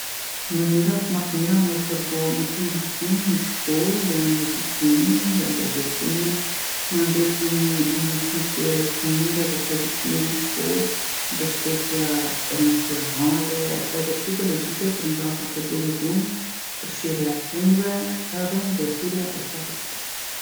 Mënyrat më t'mira me u përballë me bullizmin n'shkollë janë edukimi dhe ndërgjegjsimi, mandej krijimi i ni atmosfere t'mirë edhe pozitive n'shkollë, mbështetja emocionale edhe psikologjike për nxansat e bullizum, përfshirja e prindve edhe ndërhyrja e stafit t'shkollës.